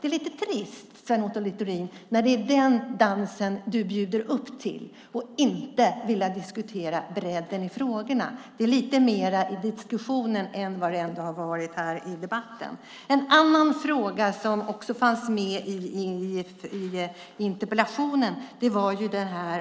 Det är lite trist, Sven Otto Littorin, när det är den dansen som du bjuder upp till och inte vill diskutera bredden i frågorna. Det finns lite mer i diskussionen än vad som har tagits upp här i debatten. En annan fråga som också fanns med i interpellationen gällde